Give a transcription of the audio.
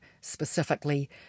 specifically